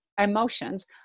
emotions